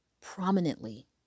prominently